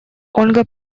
ольга